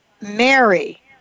Mary